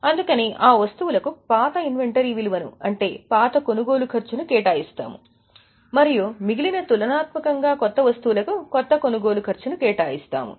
అందుకని ఆ వస్తువులకు పాత ఇన్వెంటరీ విలువను అంటే పాత కొనుగోలు ఖర్చును కేటాయిస్తాము మరియు మిగిలిన తులనాత్మకంగా కొత్త వస్తువులకు కొత్త కొనుగోలు ఖర్చును కేటాయిస్తాము